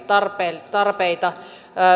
tarpeita tarpeita